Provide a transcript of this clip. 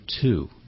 two